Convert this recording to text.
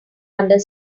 under